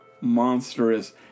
monstrous